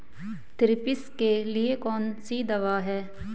Thrips के लिए कौन सी दवा है?